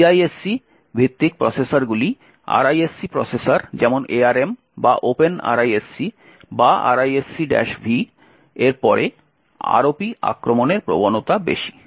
CISC ভিত্তিক প্রসেসরগুলি RISC processor যেমন ARM বা OpenRISC বা RISC V এর পরে ROP আক্রমণের প্রবণতা বেশি